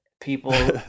people